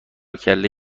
کله